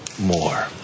more